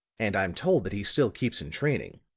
and i'm told that he still keeps in training.